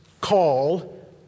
call